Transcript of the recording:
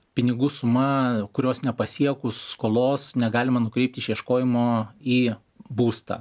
pinigų suma kurios nepasiekus skolos negalima nukreipti išieškojimo į būstą